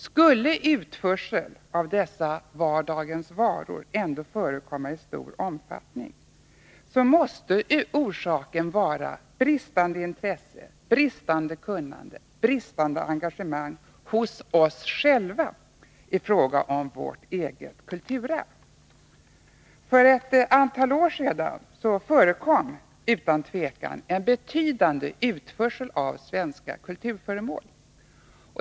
Skulle utförsel av dessa vardagsvaror ändå förekomma i stor omfattaning måste orsaken vara bristande intresse, bristande kunnande, bristande engagemang hos oss själva i fråga om vårt eget kulturarv. För ett antal år sedan förekom utan tvivel en betydande utförsel av svenska kulturföremål.